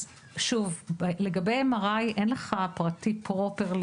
אז שוב: לגבי MRI אין לך פרטי פרופר,